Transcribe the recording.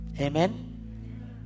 Amen